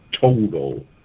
total